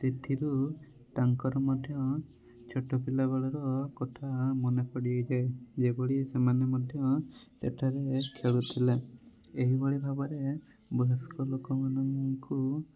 ସେଥିରୁ ତାଙ୍କର ମଧ୍ୟ ଛୋଟପିଲା ବେଳର କଥା ମନେପଡ଼ିଯାଏ ଯେଭଳି ସେମାନେ ମଧ୍ୟ ସେଠାରେ ଖେଳୁଥିଲେ ଏହିଭଳି ଭାବରେ ବୟସ୍କ ଲୋକମାନଙ୍କୁ